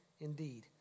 indeed